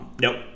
nope